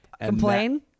Complain